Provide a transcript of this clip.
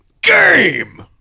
game